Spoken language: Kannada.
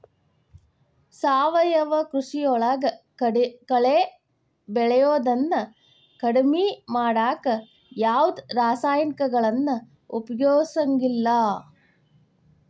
ಸಾವಯವ ಕೃಷಿಯೊಳಗ ಕಳೆ ಬೆಳಿಯೋದನ್ನ ಕಡಿಮಿ ಮಾಡಾಕ ಯಾವದ್ ರಾಸಾಯನಿಕಗಳನ್ನ ಉಪಯೋಗಸಂಗಿಲ್ಲ